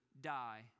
die